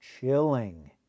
chilling